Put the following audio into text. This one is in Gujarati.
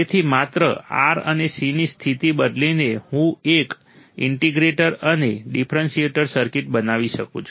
તેથી માત્ર R અને C ની સ્થિતિ બદલીને હું એક ઇન્ટિગ્રેટર અને ડિફરન્શિએટર સર્કિટ બનાવી શકું છું